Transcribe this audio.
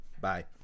Bye